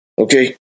okay